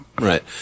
Right